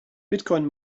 bitcoin